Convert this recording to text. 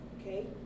Okay